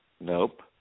Nope